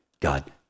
God